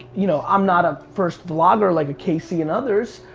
you know, i'm not a first vlogger like casey and others,